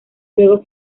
luego